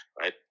right